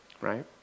right